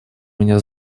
меня